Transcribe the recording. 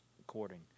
according